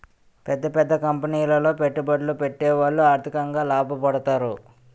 పెద్ద పెద్ద కంపెనీలో పెట్టుబడులు పెట్టేవాళ్లు ఆర్థికంగా లాభపడతారు